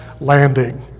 landing